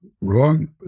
wrong